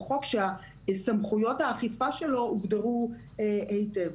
חוק שסמכויות האכיפה שלו הוגדרו היטב.